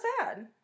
sad